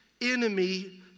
enemy